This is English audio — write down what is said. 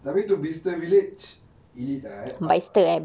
tapi tu bicester village elite ah up ah